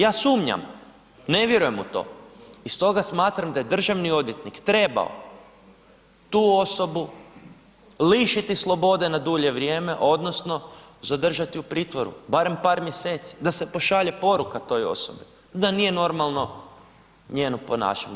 Ja sumnjam, ne vjerujem u to i stoga smatram da je državni odvjetnik trebao tu osobu lišiti na slobodu na dulje vrijeme odnosno zadržati u pritvoru barem par mjeseci da se pošalje poruka toj osobi, da nije normalno njeno ponašanje.